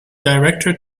director